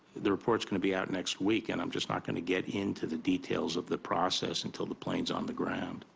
the report is going to be out next week. and i'm just not going to get into the details of the process until the plane is on the ground.